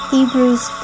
Hebrews